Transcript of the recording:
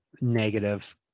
Negative